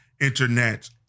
internet